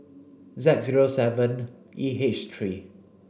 Z zero seven E H three